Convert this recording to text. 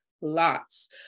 lots